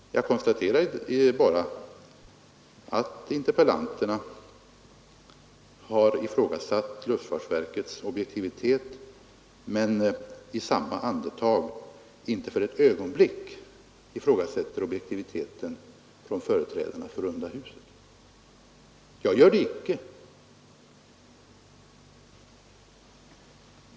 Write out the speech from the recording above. Jag konstaterar bara att interpellanterna har ifrågasatt luftfartsverkets objek tivitet men samtidigt inte för ett ögonblick i gasätter objektiviteten hos företrädarna för runda huset. Jag gör det icke.